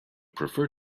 prefer